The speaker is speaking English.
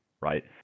right